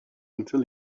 until